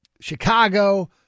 Chicago